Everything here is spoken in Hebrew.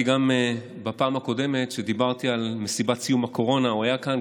כי גם בפעם הקודמת שדיברתי על מסיבת סיום הקורונה הוא היה כאן.